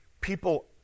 people